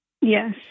Yes